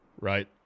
Right